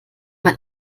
mal